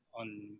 on